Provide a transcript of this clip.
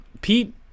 Pete